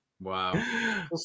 Wow